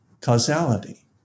causality